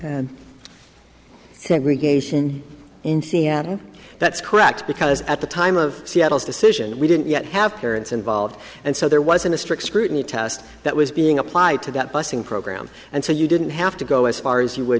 segregation in seattle that's correct because at the time of seattle's decision we didn't yet have parents involved and so there wasn't a strict scrutiny test that was being applied to that bussing program and so you didn't have to go as far as you w